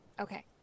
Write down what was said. Okay